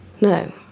No